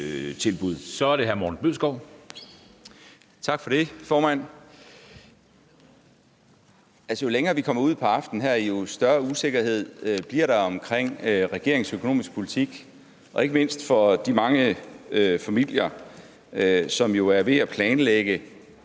Kl. 22:36 Morten Bødskov (S): Tak for det, formand. Jo længere vi kommer ud på aftenen, jo større usikkerhed bliver der omkring regeringens økonomiske politik, ikke mindst for de mange familier, som jo er ved at planlægge